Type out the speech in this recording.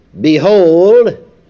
Behold